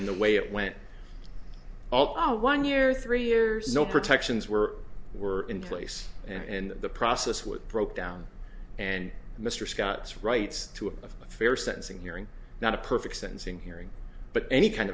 in the way it went all our one year three years no protections were were in place and the process what broke down and mr scott's rights to a fair sentencing hearing not a perfect sentencing hearing but any kind